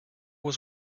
was